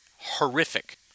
horrific